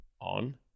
on